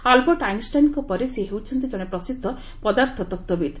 Albert ଆଇନ୍ଷ୍ଟାଇନ୍ଙ୍କ ପରେ ସେ ହେଉଛନ୍ତି କଣେ ପ୍ରସିଦ୍ଧ ପଦାର୍ଥ ତତ୍ତ୍ୱବିତ୍